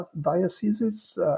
dioceses